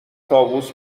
طاووس